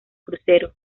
crucero